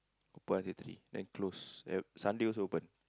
open until three then close at Sunday also open